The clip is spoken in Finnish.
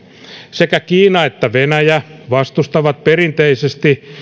sekä kiina että venäjä vastustavat perinteisesti